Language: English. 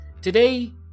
today